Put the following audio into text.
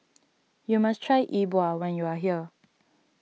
you must try E Bua when you are here